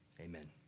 Amen